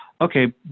okay